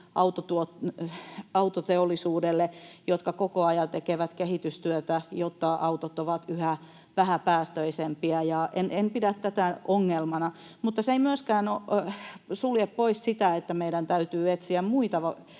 autoteollisuudelle, joka koko ajan tekee kehitystyötä, jotta autot ovat yhä vähäpäästöisempiä, ja en pidä tätä ongelmana. Mutta se ei myöskään sulje pois sitä, että meidän täytyy etsiä muita